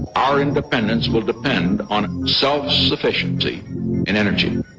our independence will depend on self sufficiency in energy.